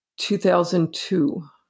2002